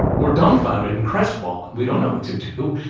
we're dumbfounded and crestfallen. we don't know what to do.